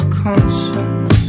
conscience